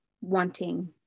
wanting